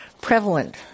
prevalent